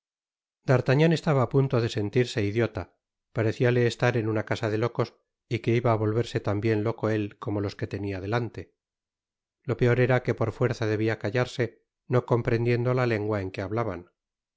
d'artagnan estaba á punto de sentirse idiota pareciale estar en una casa de locos y que iba á volverse tambien loco él como los que tenia delante lo peor era que por fuerza debia callarse no comprendiendo la lengua en que hablaban